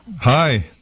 Hi